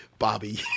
bobby